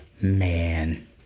man